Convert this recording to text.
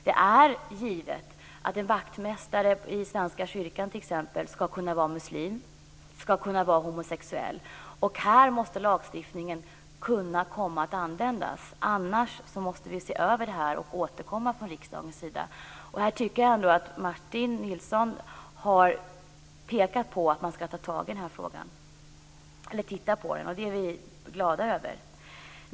Det är givet att en vaktmästare i t.ex. Svenska kyrkan skall kunna vara muslim eller skall kunna vara homosexuell. Här skall lagstiftningen användas, annars måste vi se över lagstiftningen och återkomma från riksdagens sida. Martin Nilsson har pekat på att man måste se över frågan. Det är vi glada över.